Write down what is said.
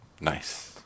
Nice